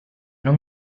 non